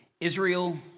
Israel